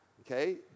okay